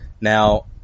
Now